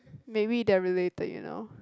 maybe they're related you know